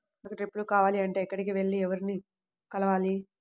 నాకు డ్రిప్లు కావాలి అంటే ఎక్కడికి, ఎవరిని వెళ్లి కలవాలి?